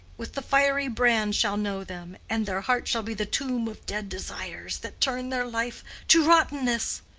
with the fiery brand, shall know them, and their heart shall be the tomb of dead desires that turn their life to rottenness.